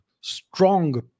strong